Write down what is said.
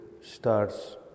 starts